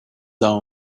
own